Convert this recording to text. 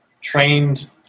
trained